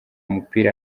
mupira